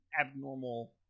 abnormal